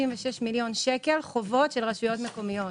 מיליון שקל חובות של רשויות מקומיות.